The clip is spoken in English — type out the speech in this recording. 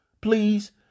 please